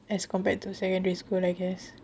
as compared to secondary school I guess